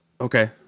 Okay